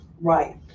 Right